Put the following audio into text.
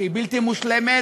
שהיא בלתי מושלמת,